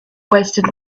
wasted